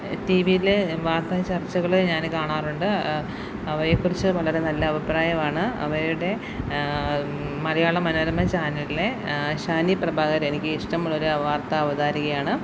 T വിയിലെ വാർത്ത ചർച്ചകൾ ഞാൻ കാണാറുണ്ട് അവയെക്കുറിച്ച് വളരെ നല്ല അഭിപ്രായമാണ് അവയുടെ മലയാളമനോരമ ചാനലിലെ ഷാനി പ്രഭാകർ എനിക്ക് ഇഷ്ടമുള്ളൊരു വാർത്ത അവതാരികയാണ്